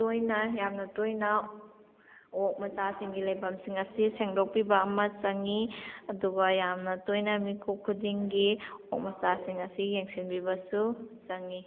ꯇꯣꯏꯅ ꯌꯥꯝꯅ ꯇꯣꯏꯅ ꯑꯣꯛ ꯃꯆꯥꯁꯤꯡꯒꯤ ꯂꯩꯐꯝꯁꯤꯡ ꯑꯁꯤ ꯁꯦꯡꯗꯣꯛꯄꯤꯕ ꯑꯃ ꯆꯪꯏ ꯑꯗꯨꯒ ꯌꯥꯝꯅ ꯇꯣꯏꯅ ꯃꯤꯠꯀꯨꯞ ꯈꯨꯗꯤꯡꯒꯤ ꯑꯣꯛ ꯃꯆꯥꯁꯤꯡ ꯑꯁꯤ ꯌꯦꯡꯁꯤꯟꯕꯤꯕꯁꯨ ꯆꯪꯏ